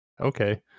okay